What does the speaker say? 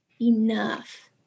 enough